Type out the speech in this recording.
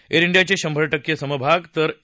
air इंडियाचे शंभर टक्के समभाग तर ए